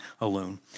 alone